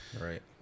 Right